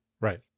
Right